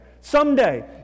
someday